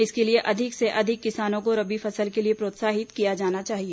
इसके लिए अधिक से अधिक किसानों को रबी फसल के लिए प्रोत्साहित किया जाना चाहिए